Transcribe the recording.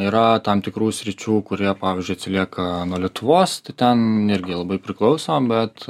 yra tam tikrų sričių kur jie pavyzdžiui atsilieka nuo lietuvos tai ten irgi labai priklauso bet